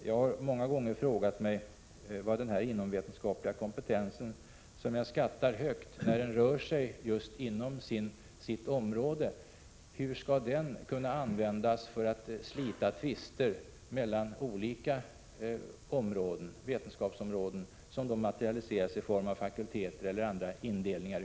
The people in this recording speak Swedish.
Jag har många gånger frågat mig hur denna inomvetenskapliga kompetens — som jag skattar högt när den rör sig inom sitt område — skall kunna användas för att slita tvister mellan olika vetenskapsområden, som materialiseras i form av fakulteter eller andra indelningar.